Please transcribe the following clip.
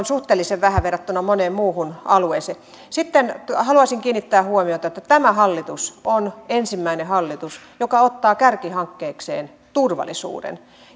suhteellisen vähän verrattuna moneen muuhun alueeseen sitten haluaisin kiinnittää huomiota siihen että tämä hallitus on ensimmäinen hallitus joka ottaa kärkihankkeekseen turvallisuuden